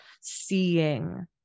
seeing